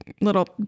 little